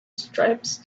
stripes